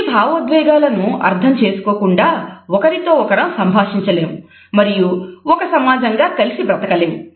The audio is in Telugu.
ఈ భావోద్వేగాలను అర్థం చేసుకోకుండా ఒకరితో ఒకరం సంభాషించ లేము మరియు ఒక సమాజంగా కలిసి బ్రతకలేము